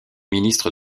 ministre